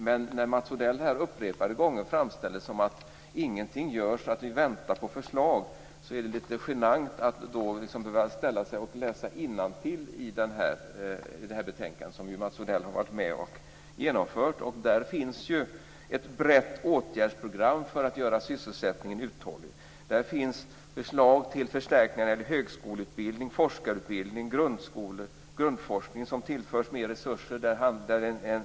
Men när Mats Odell upprepade gånger framställer det som att ingenting görs, att vi väntar på förslag är det lite genant att då behöva läsa innantill i betänkandet, som Mats Odell varit med och genomfört. Där finns ett brett åtgärdsprogram för att göra sysselättningen uthållig. Där finns förslag till förstärkningar för högskoleutbildning, forskarutbildning. Grundforskningen tillförs mer resurser.